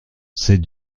c’est